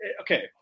okay